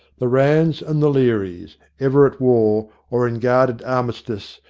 the ranns and the learys, ever at war or in guarded armistice,